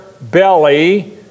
belly